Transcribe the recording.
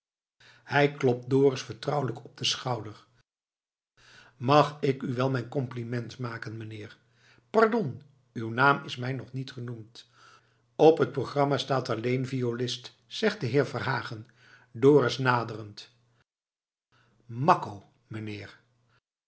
hij klopt dorus vertrouwelijk op den schouder mag ik u wel mijn compliment maken mijnheer pardon uw naam is mij nog niet genoemd op t programma staat alleen zegt de heer verhagen dorus naderend makko mijnheer